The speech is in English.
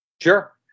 Sure